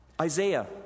Isaiah